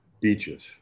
beaches